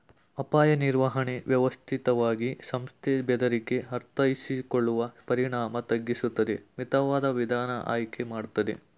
ಅಪಾಯ ನಿರ್ವಹಣೆ ವ್ಯವಸ್ಥಿತವಾಗಿ ಸಂಸ್ಥೆ ಬೆದರಿಕೆ ಅರ್ಥೈಸಿಕೊಳ್ಳುವ ಪರಿಣಾಮ ತಗ್ಗಿಸುತ್ತದೆ ಮಿತವಾದ ವಿಧಾನ ಆಯ್ಕೆ ಮಾಡ್ತದೆ